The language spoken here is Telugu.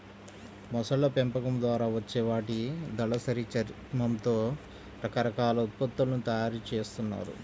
మొసళ్ళ పెంపకం ద్వారా వచ్చే వాటి దళసరి చర్మంతో రకరకాల ఉత్పత్తులను తయ్యారు జేత్తన్నారు